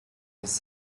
its